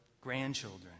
grandchildren